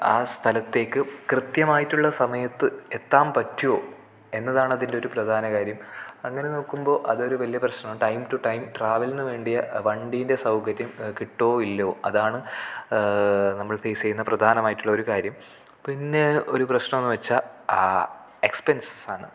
ആ സ്ഥലത്തേക്ക് കൃത്യമായിട്ടുള്ള സമയത്ത് എത്താൻ പറ്റുമോ എന്നതാണ് അതിൻ്റെയൊരു പ്രധാന കാര്യം അങ്ങനെ നോക്കുമ്പോൾ അതൊരു വലിയ പ്രശ്നമാണ് ടൈം റ്റു ടൈം ട്രാവലിനു വേണ്ടിയ വണ്ടീൻ്റെ സൗകര്യം കിട്ടുമോ ഇല്ലയോ അതാണ് നമ്മൾ ഫേസ് ചെയ്യുന്ന പ്രധാനമായിട്ടുള്ളൊരു കാര്യം പിന്നെ ഒരു പ്രശ്നമെന്നു വെച്ചാൽ ആ എക്സ്പെൻസസ്സാണ്